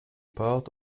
part